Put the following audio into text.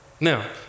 Now